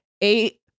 eight